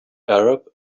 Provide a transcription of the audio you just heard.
arab